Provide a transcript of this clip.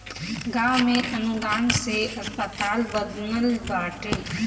गांव में अनुदान से अस्पताल बनल बाटे